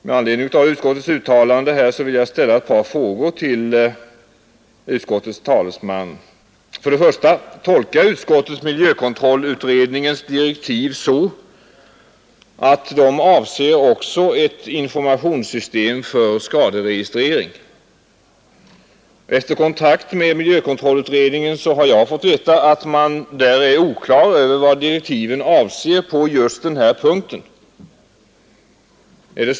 Med anledning av utskottets uttalande vill jag ställa ett par frågor till utskottets talesman. Jag undrar först om utskottet tolkar miljökontrollutredningens direktiv så att de avser också ett informationssystem för skaderegistrering. Efter kontakt med miljökontrollutredningen har jag fått veta att man inom denna är osäker om vad som avses i direktiven på denna punkt.